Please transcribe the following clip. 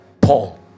Paul